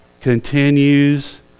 Continues